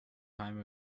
time